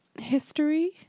history